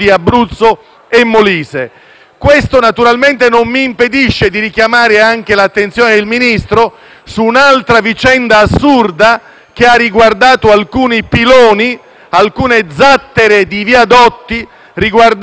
Questo, naturalmente, non mi impedisce di richiamare anche l'attenzione del Ministro su un'altra vicenda assurda che ha riguardato alcuni piloni ed alcune zattere di viadotti dell'agro di Aielli,